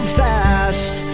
fast